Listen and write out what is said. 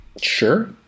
Sure